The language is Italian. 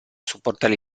supportare